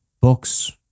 books